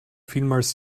vielmals